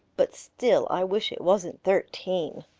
but still i wish it wasn't thirteen.